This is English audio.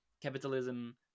capitalism